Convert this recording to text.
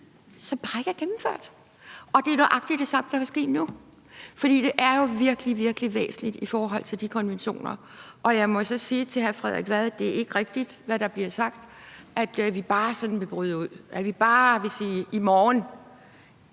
som bare ikke er gennemført. Og det er nøjagtig det samme, der vil ske nu, for det er jo virkelig, virkelig væsentligt i forhold til de konventioner. Jeg må så sige til hr. Frederik Vad, at det ikke er rigtigt, hvad der bliver sagt, nemlig at vi bare sådan vil bryde ud, og at vi bare vil sige: I morgen